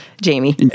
Jamie